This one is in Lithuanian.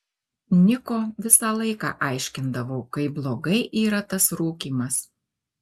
niko visą laiką aiškindavau kaip blogai yra tas rūkymas